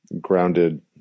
grounded